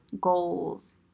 Goals